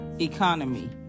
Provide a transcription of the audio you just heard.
Economy